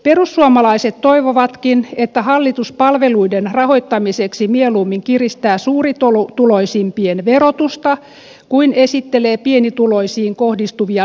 perussuomalaiset toivovatkin että hallitus palveluiden rahoittamiseksi mieluummin kiristää suurituloisimpien verotusta kuin esittelee pienituloisiin kohdistuvia leikkauslistoja